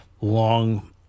long